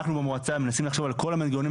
אנחנו במועצה מנסים לחשוב על כל המנגנונים